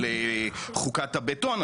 על חוקת הבטון,